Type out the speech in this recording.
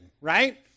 right